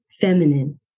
feminine